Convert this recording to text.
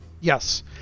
Yes